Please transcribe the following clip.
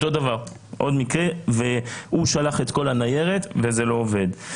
הוא שלח את כל הניירת וזה לא עבד.